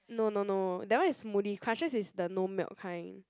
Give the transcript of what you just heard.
no no no that one is smoothie crusher is the no milk kind